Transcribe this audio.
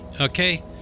Okay